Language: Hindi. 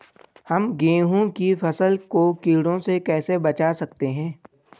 हम गेहूँ की फसल को कीड़ों से कैसे बचा सकते हैं?